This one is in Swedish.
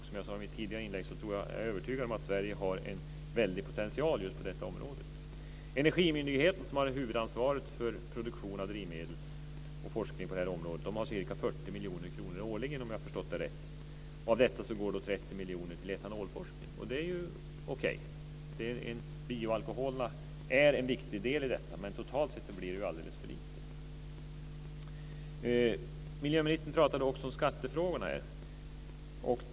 Som jag sade i mitt tidigare inlägg är jag övertygad om att Sverige har en väldig potential just på detta område. Energimyndigheten, som har huvudansvaret för produktion av drivmedel och forskning på det här området, har ca 40 miljoner kronor årligen, om jag har förstått det rätt. Av detta går 30 miljoner till etanolforskning. Det är ju okej. Bioalkoholerna är en viktig del i detta. Men totalt sett blir det alldeles för lite. Miljöministern pratade också om skattefrågorna.